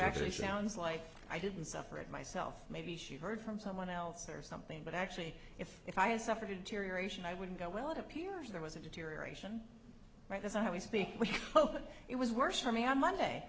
actually sounds like i didn't suffer it myself maybe she heard from someone else or something but actually if if i had suffered interiorization i wouldn't go well it appears there was a deterioration right that's how we speak but it was worse for me on monday